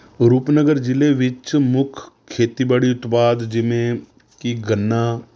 ਰੂਪਨਗਰ ਜ਼ਿਲ੍ਹੇ ਵਿੱਚ ਮੁੱਖ ਖੇਤੀਬਾੜੀ ਉਤਪਾਦ ਜਿਵੇਂ ਕਿ ਗੰਨਾ